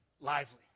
lively